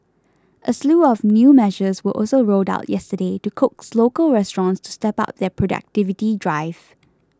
a slew of new measures were also rolled out yesterday to coax local restaurants to step up their productivity drive